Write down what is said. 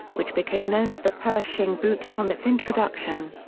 which became known as the pershing boot upon its introduction.